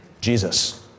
Jesus